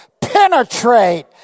penetrate